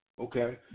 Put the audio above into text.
okay